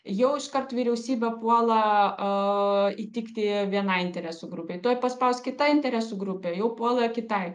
jau iškart vyriausybė puola e įtikti vienai interesų grupei tuoj paspaus kita interesų grupė jau puola kitai